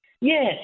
Yes